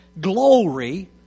glory